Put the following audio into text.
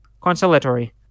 Consolatory